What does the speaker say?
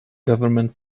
government